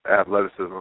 athleticism